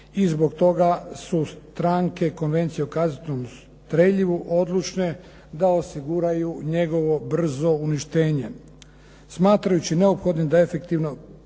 i zbog toga su stranke Konvencije o kazetnom streljivu odlučne da osiguraju njegovo brzo uništenje smatrajući neophodnim da efektivno